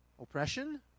oppression